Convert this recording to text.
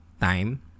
time